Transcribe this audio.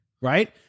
right